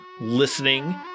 listening